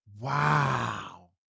Wow